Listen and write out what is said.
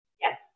yes